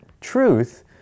truth